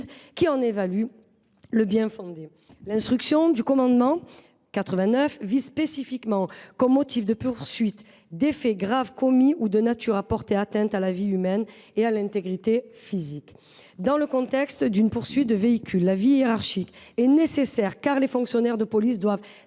de l’intervention. L’instruction de commandement 89 vise spécifiquement, comme motifs de poursuite, des faits graves commis ou de nature à porter atteinte à la vie humaine ou à l’intégrité physique. Dans le contexte d’une poursuite de véhicule, l’avis hiérarchique est nécessaire, car les fonctionnaires de police doivent